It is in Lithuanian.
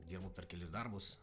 dirbu per kelis darbus